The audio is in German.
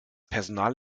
personal